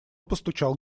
постучал